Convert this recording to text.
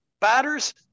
batters